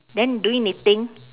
then doing knitting